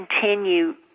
continue